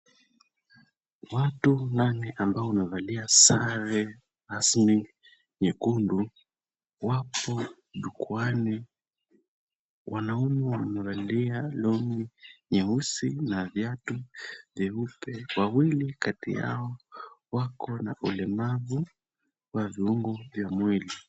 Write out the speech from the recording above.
Watu nane ambao wamevalia sare rasmi nyekundu wako jukwaani. Wanaume wamevalia long'i nyeusi na viatu vyeupe. Wawili kati yao wako na ulemavu wa viungo vya mwili.